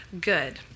good